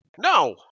No